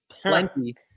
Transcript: plenty